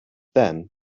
then